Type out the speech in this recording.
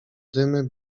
dymy